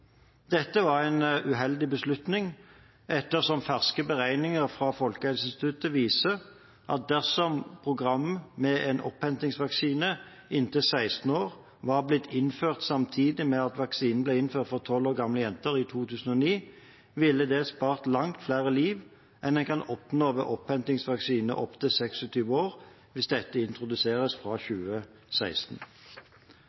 Dette var en uheldig beslutning, ettersom ferske beregninger fra Folkehelseinstituttet viser at dersom et program med en innhentingsvaksine inntil 16 år var blitt innført samtidig med at vaksinen ble innført for 12 år gamle jenter i 2009, ville det spart langt flere liv enn en kan oppnå ved en innhentingsvaksine opptil 26 år hvis dette introduseres fra 2016.